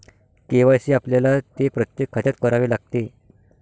KYC आपल्याला ते प्रत्येक खात्यात करावे लागते